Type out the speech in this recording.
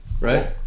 Right